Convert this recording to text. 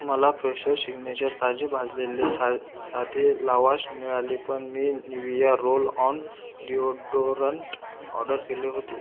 मला Fresho signature ताजी भाजलेले सा साधे लावाश मिळाले पण मी Nivea roll on deodorant order केले होते